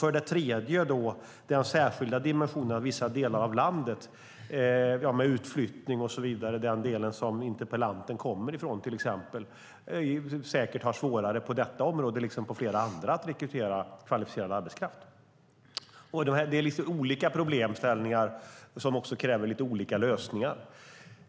Sedan finns också den särskilda dimensionen att vissa delar av landet, till exempel den del som interpellanten kommer från, har svårare på detta område liksom på flera andra områden att rekrytera kvalificerad arbetskraft. Det är olika problem som kräver lite olika lösningar.